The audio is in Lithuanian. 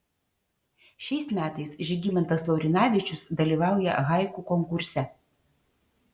šiais metais žygimantas laurinavičius dalyvauja haiku konkurse